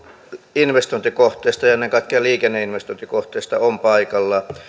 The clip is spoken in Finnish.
investointikohteista ja ennen kaikkea liikenneinvestointikohteista on paikallaan